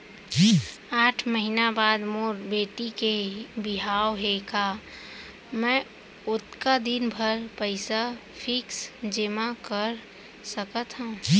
आठ महीना बाद मोर बेटी के बिहाव हे का मैं ओतका दिन भर पइसा फिक्स जेमा कर सकथव?